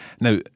Now